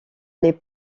les